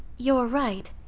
you're right.